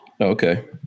Okay